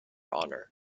honor